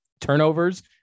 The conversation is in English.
turnovers